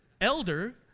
elder